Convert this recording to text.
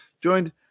joined